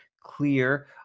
clear